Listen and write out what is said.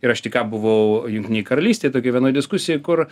ir aš tik ką buvau jungtinėj karalystėj tokioj vienoj diskusijoj kur